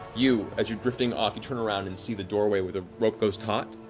you, as you're drifting off, you turn around and see the doorway where the rope goes taut,